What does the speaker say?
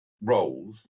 roles